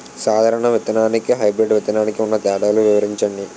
సాధారణ విత్తననికి, హైబ్రిడ్ విత్తనానికి ఉన్న తేడాలను వివరించండి?